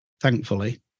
thankfully